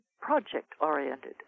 project-oriented